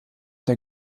der